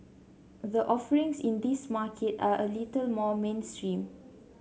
the offerings in this market are a little more mainstream